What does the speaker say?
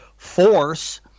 force